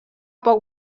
poc